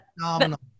Phenomenal